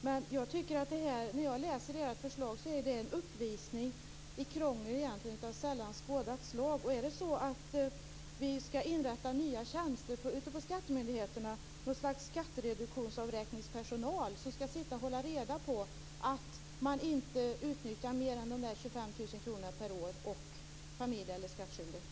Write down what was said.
Men det här förslaget är en uppvisning i krångel av sällan skådat slag. Skall vi inrätta nya tjänster på skattemyndigheterna, något slags skattereduktionsavräkningspersonal, som skall hålla reda på att man inte utnyttjar mer än 25 000 kr per år per familj eller skattskyldig?